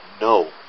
No